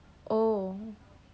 oh